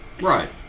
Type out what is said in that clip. right